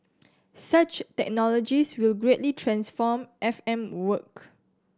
such technologies will greatly transform F M work